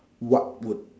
what would